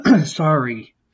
sorry